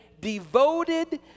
devoted